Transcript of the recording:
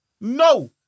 no